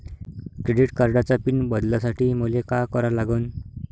Credit कार्डाचा pin बदलासाठी मले का करा लागन?